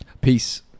peace